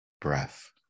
breath